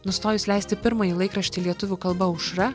nustojus leisti pirmąjį laikraštį lietuvių kalba aušra